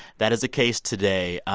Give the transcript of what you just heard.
that is the case today.